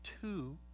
two